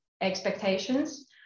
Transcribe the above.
expectations